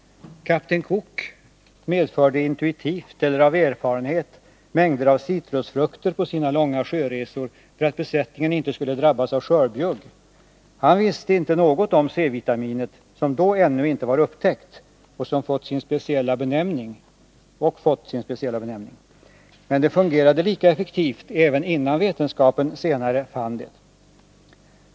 Kapten Cook medförde intuitivt, eller av erfarenhet, mängder av citrusfrukter på sina långa sjöresor för att besättningen inte skulle drabbas av skörbjugg. Han visste inte något om C-vitaminet, som då ännu inte var upptäckt och inte fått sin speciella benämning. Men det fungerade lika effektivt även innan vetenskapen senare fann det.